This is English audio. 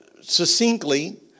succinctly